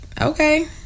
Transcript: okay